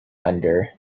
under